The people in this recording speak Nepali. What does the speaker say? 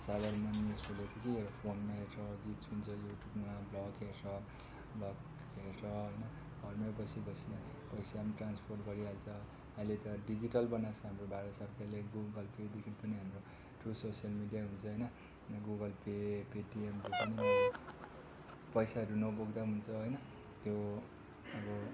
अब साधारण मानिसहरूले त के फोनमा हेरेर गीत सुन्छ युट्युबमा भ्लग हेर्छ भ्लग हेरेर होइन घरमा बसी बसी पैसा पनि ट्रान्सपोर्ट गरिहाल्छ अहिले त डिजिटल बनाएको छ हाम्रो भारत सरकारले गुगल पेदेखि पनि हाम्रो थ्रू सोसियल मिडिया हुन्छ होइन र गुगल पे पेटिएमहरू पनि अब पैसाहरू नबोक्दा पनि हुन्छ होइन त्यो अब